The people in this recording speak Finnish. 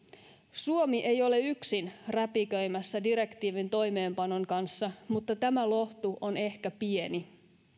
suomi ei ole yksin räpiköimässä direktiivin toimeenpanon kanssa mutta tämä lohtu on ehkä pieni